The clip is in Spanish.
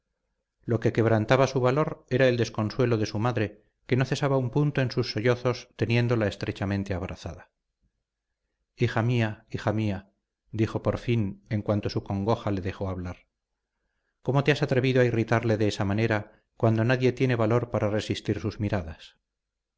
lo que quebrantaba su valor era el desconsuelo de su madre que no cesaba un punto en sus sollozos teniéndola estrechamente abrazada hija mía hija mía dijo por fin en cuanto su congoja le dejó hablar cómo te has atrevido a irritarle de esa manera cuando nadie tiene valor para resistir sus miradas